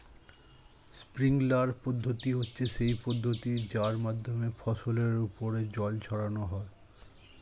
sprinkler পদ্ধতি হচ্ছে সেই পদ্ধতি যার মাধ্যমে ফসলের ওপর জল ছড়ানো হয়